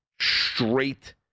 straight